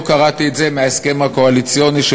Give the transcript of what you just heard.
לא קראתי את זה מההסכם הקואליציוני של